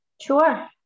Sure